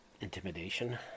intimidation